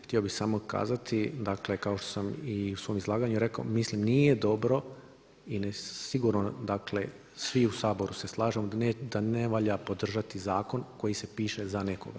Htio bi samo kazati dakle kao što sam i u svom izlaganju rekao mislim nije dobro i sigurno svi u Saboru se slažemo da ne valja podržati zakon koji se piše za nekoga.